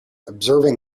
observing